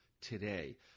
today